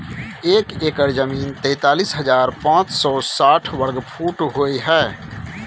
एक एकड़ जमीन तैंतालीस हजार पांच सौ साठ वर्ग फुट होय हय